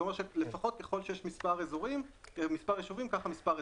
זה אומר שככל שיש מספר ישובים כך לפחות יש מספר אזורים.